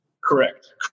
Correct